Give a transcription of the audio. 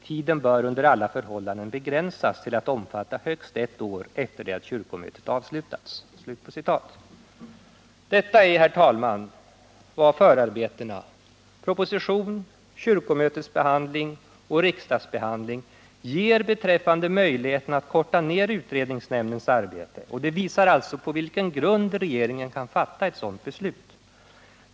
Tiden bör under alla förhållanden begränsas till att omfatta högst ett år efter det kyrkomötet avslutats ——--.” Detta är, herr talman, vad förarbetena — proposition, kyrkomötesbehandling och riksdagsbehandling — ger beträffande möjligheten att korta ner utredningsnämndens arbete. Det visar alltså på vilken grund regeringen kan fatta ett sådant beslut.